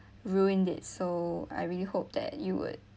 ruined it so I really hope that you would